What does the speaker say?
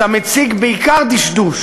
אתה מציג בעיקר דשדוש